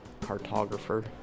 cartographer